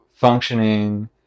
functioning